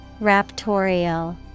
Raptorial